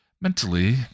Mentally